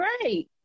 great